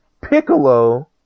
Piccolo